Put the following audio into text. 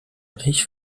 ich